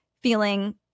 feeling